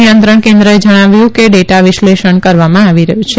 નિયંત્રણ કેન્દ્રચે જણાવ્યું છે કે ડેટા વિશ્લેષણ કરવામાં આવી રહ્યું છે